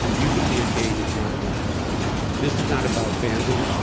you can be a game changer this is not about fandom.